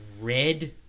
red